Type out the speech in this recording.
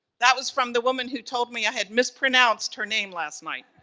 that was from the woman who told me i had mispronounced her name last night.